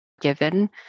given